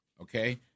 okay